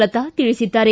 ಲತಾ ತಿಳಿಸಿದ್ದಾರೆ